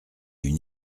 une